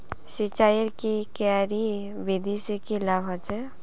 सिंचाईर की क्यारी विधि से की लाभ होचे?